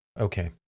Okay